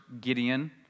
Gideon